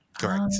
Correct